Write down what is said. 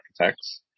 architects